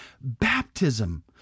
Baptism